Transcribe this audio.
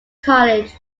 college